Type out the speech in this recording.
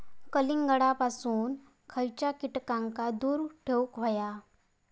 कलिंगडापासून खयच्या कीटकांका दूर ठेवूक व्हया?